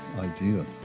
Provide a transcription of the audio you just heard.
idea